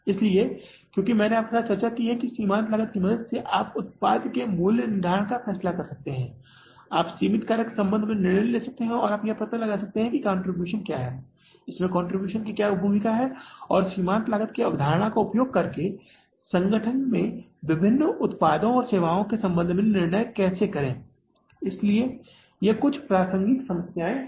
इसलिए क्योंकि मैंने आपके साथ चर्चा की है कि सीमांत लागत की मदद से आप उत्पाद के मूल्य निर्धारण का फैसला कर सकते हैं आप सीमित कारक के संबंध में निर्णय ले सकते हैं या आप यह पता लगा सकते हैं कि कंट्रीब्यूशन क्या है इसमें कंट्रीब्यूशन कि क्या भूमिका है और सीमांत लागत की अवधारणा का उपयोग करके संगठन में विभिन्न उत्पादों और सेवाओं के संबंध में निर्णय कैसे करें इसलिए ये कुछ प्रासंगिक समस्याएं हैं